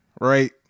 right